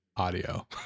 audio